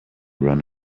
run